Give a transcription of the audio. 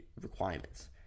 requirements